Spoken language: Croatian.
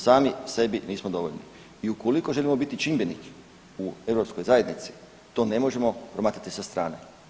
Sami sebi nismo dovoljno i ukoliko želimo biti čimbenik u EU zajednici, to ne možemo promatrati sa strane.